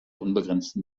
unbegrenzten